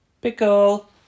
Pickle